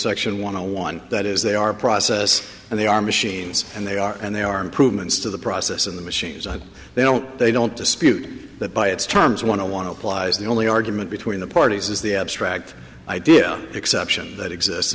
section want to one that is they are process and they are machines and they are and they are improvements to the process in the machines and they don't they don't dispute that by its terms want to want to applies the only argument between the parties is the abstract idea exception that exists